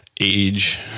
age